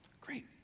Great